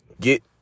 Get